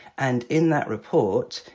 and in that report,